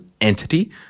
entity